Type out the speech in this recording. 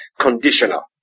conditional